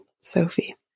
Sophie